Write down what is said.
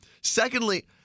Secondly